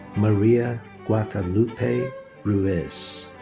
maria guadalupe ruiz.